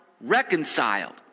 reconciled